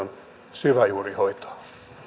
syväjuurihoitoa